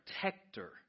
Protector